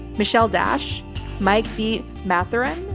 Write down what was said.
michelle dash mike feet matheran.